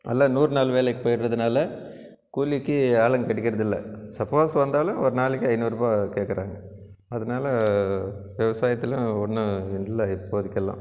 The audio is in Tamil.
எல்லாம் நூறு நாள் வேளைக்கு போய்ட்றதுனால கூலிக்கு ஆளுங்க கிடைக்கிறதில்லை சப்போஸ் வந்தாலும் ஒரு நாளைக்கு ஐநூறுவா கேக்கிறாங்க அதனால விவசாயத்தில் ஒன்றும் இல்லை இப்போதைக்கெல்லாம்